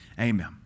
Amen